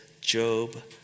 Job